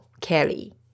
Kelly